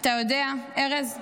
אתה יודע, ארז,